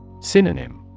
Synonym